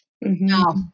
No